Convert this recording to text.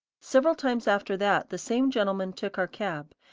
several times after that, the same gentleman took our cab.